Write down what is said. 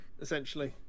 essentially